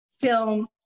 film